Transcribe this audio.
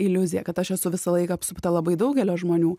iliuzija kad aš esu visą laiką apsupta labai daugelio žmonių